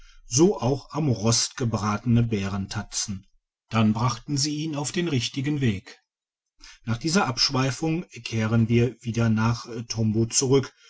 so auch am rost gebratene bärentatzen dann brachten sie ihn auf den richtigen weg nach dieser abschweifung kehren wir wieder nach tombo zurück